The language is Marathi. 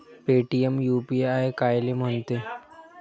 पेटीएम यू.पी.आय कायले म्हनते?